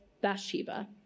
Bathsheba